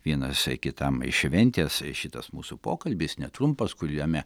vienas kitam šventės šitas mūsų pokalbis netrumpas kuriame